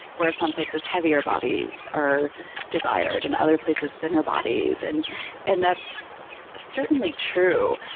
whereas some places, heavier bodies are desired, in other places thinner bodies, and and that's certainly true.